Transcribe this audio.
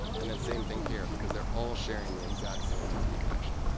and then same thing here. because they're all sharing the exact same tcp connection.